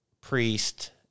priest